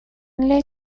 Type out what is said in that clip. для